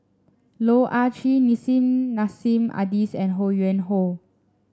Loh Ah Chee Nissim Nassim Adis and Ho Yuen Hoe